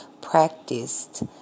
practiced